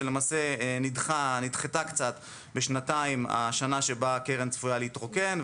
שלמעשה נדחתה בשנתיים השנה שבה הקרן צפויה להתרוקן,